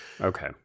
Okay